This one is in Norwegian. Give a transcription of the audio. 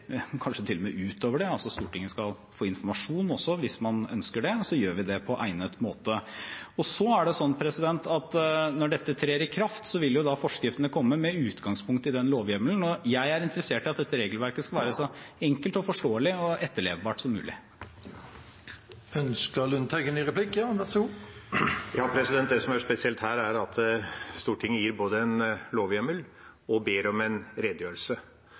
kanskje til og med utover det – Stortinget skal få informasjon også hvis man ønsker det – informerer vi på egnet måte. Når dette trer i kraft, vil forskriftene komme med utgangspunkt i den lovhjemmelen, og jeg er interessert i at dette regelverket skal være så enkelt, forståelig og etterlevbart som mulig. Det som er spesielt her, er at Stortinget gir både en lovhjemmel og ber om en redegjørelse.